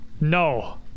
No